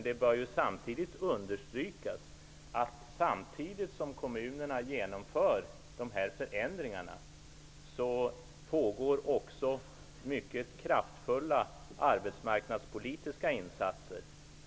Det bör understrykas att det pågår mycket kraftfulla arbetsmarknadspolitiska insatser samtidigt som kommunerna genomför dessa förändringar.